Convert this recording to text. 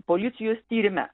policijos tyrime